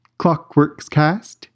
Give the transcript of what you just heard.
clockworkscast